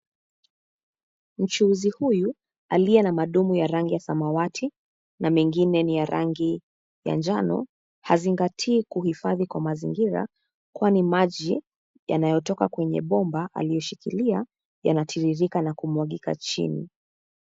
Mchuuzi huyu, aliye na madumu ya rangi ya samawati na mengine ni ya rangi ya njano, hazingatii kuhifadhi kwa mazingira kwani maji yanayotoka kwenye bomba aliyoshikilia, yanatiririka na kumwagika chini.